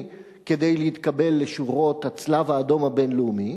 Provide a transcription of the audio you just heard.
כדי להתקבל לשורות הצלב-האדום הבין-לאומי,